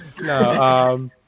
No